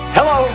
Hello